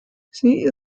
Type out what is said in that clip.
sie